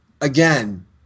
Again